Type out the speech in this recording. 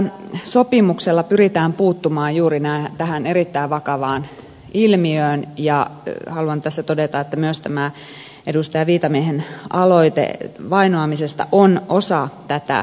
tällä sopimuksella pyritään puuttumaan juuri tähän erittäin vakavaan ilmiöön ja haluan tässä todeta että myös tämä edustaja viitamiehen aloite vainoamisesta on osa tätä sopimusta